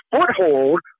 foothold